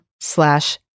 slash